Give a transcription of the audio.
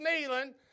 kneeling